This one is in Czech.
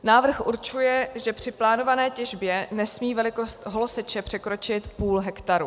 Návrh určuje, že při plánované těžbě nesmí velikost holoseče překročit půl hektaru.